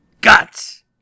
Guts